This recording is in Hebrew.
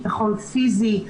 ביטחון פיזי,